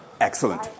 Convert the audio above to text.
Excellent